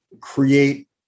create